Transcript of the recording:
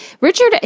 Richard